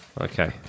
okay